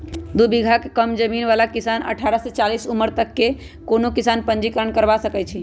दू बिगहा से कम जमीन बला किसान अठारह से चालीस उमर तक के कोनो किसान पंजीकरण करबा सकै छइ